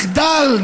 מחדל.